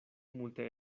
multe